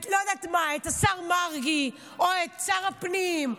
לא יודעת מה, את השר מרגי או את שר הפנים,